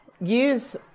use